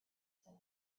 said